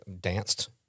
danced